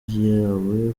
yawe